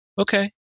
okay